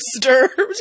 disturbed